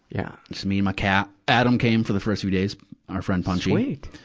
yeah just me and my cat. adam came for the first two days our friend, punchy. sweet!